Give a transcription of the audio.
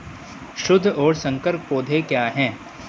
शुद्ध और संकर पौधे क्या हैं?